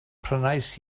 prynais